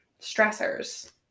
stressors